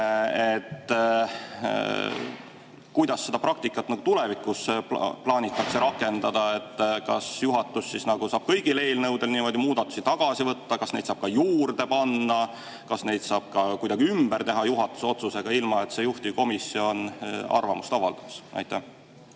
kuidas seda praktikat tulevikus plaanitakse rakendada? Kas juhatus saab kõigi eelnõude puhul muudatusi tagasi võtta? Kas neid saab ka juurde panna? Ja kas neid saab ka kuidagi ümber teha juhatuse otsusega, ilma et juhtivkomisjon arvamust avaldaks? Aitäh,